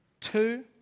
Two